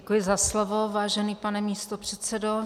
Děkuji za slovo, vážený pane místopředsedo.